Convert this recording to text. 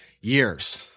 years